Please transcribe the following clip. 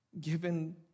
Given